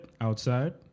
outside